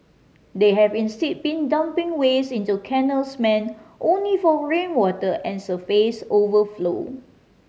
they have instead been dumping waste into canals meant only for rainwater and surface overflow